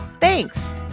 Thanks